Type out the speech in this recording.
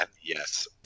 Yes